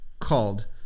called